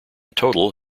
total